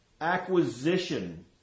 acquisition